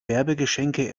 werbegeschenke